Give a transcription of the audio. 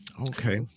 Okay